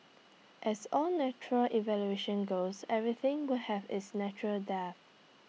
as all natural evolution goes everything will have its natural death